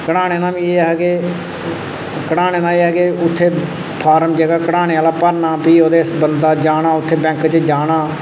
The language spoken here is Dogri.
कड्ढाने दा बी एह् ऐ कि कड्ढाने दा एह् ऐ की उत्थै फार्म जेह्ड़ा कड्ढाने आह्ला भरना फ्ही ओह्दे बंदा जाना उत्थै बैंक च जाना